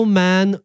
man